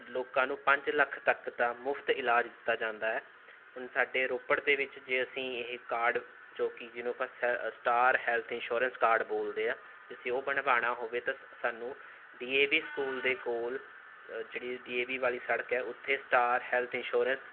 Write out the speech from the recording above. ਲੋਕਾਂ ਨੂੰ ਪੰਜ ਲੱਖ ਤੱਕ ਦਾ ਮੁਫਤ ਇਲਾਜ ਦਿੱਤਾ ਜਾਂਦਾ ਹੈ ਹੁਣ ਸਾਡੇ ਰੋਪੜ ਦੇ ਵਿੱਚ ਜੇ ਅਸੀਂ ਇਹ ਕਾਰਡ ਜੋ ਕਿ ਜਿਹਨੂੰ ਆਪਾਂ ਸ ਸਟਾਰ ਹੈਲਥ ਇਨਸ਼ੋਰੈਂਸ ਕਾਰਡ ਬੋਲਦੇ ਹਾਂ ਅਸੀਂ ਉਹ ਬਣਵਾਉਣਾ ਹੋਵੇ ਤਾਂ ਸ ਸਾਨੂੰ ਡੀ ਏ ਵੀ ਸਕੂਲ ਦੇ ਕੋਲ ਜਿਹੜੀ ਡੀ ਏ ਵੀ ਵਾਲੀ ਸੜਕ ਹੈ ਉੱਥੇ ਸਟਾਰ ਹੈਲਥ ਇਨਸ਼ੋਰੈਂਸ